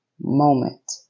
moment